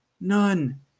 None